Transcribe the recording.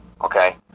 Okay